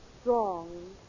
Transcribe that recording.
strong